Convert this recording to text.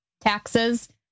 taxes